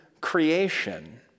creation